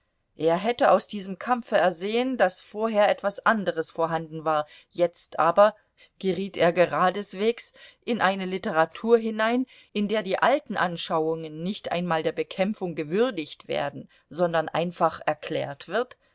er hätte aus diesem kampfe ersehen daß vorher etwas anderes vorhanden war jetzt aber geriet er geradeswegs in eine literatur hinein in der die alten anschauungen nicht einmal der bekämpfung gewürdigt werden sondern einfach erklärt wird